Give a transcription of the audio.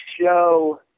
show